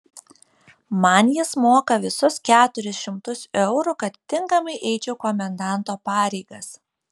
man jis moka visus keturis šimtus eurų kad tinkamai eičiau komendanto pareigas